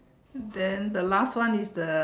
then the last one is the